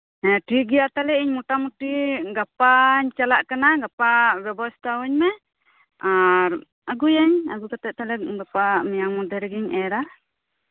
ᱦᱮᱸ ᱴᱷᱤᱠᱜᱮᱭᱟ ᱛᱟᱦᱚᱞᱮ ᱤᱧ ᱢᱚᱴᱟᱢᱚᱴᱤ ᱜᱟᱯᱟᱧ ᱪᱟᱞᱟᱜ ᱠᱟᱱᱟ ᱜᱟᱯᱟ ᱵᱮᱵᱚᱥᱛᱟᱣᱟᱹᱧ ᱢᱮ ᱟᱨ ᱟᱹᱜᱩᱭᱟᱹᱧ ᱟᱹᱜᱩ ᱠᱟᱛᱮᱫ ᱛᱟᱦᱚᱞᱮ ᱜᱟᱯᱟ ᱢᱮᱭᱟᱝ ᱢᱚᱫᱷᱮᱨᱮᱜᱮᱧ ᱮᱨᱟ